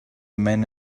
men